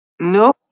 No